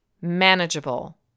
manageable